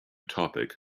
topic